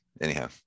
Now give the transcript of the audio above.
anyhow